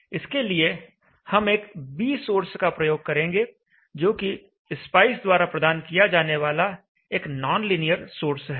इसके लिए हम एक B सोर्स का प्रयोग करेंगे जो कि स्पाइस द्वारा प्रदान किया जाने वाला एक नॉनलीनियर सोर्स है